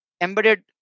embedded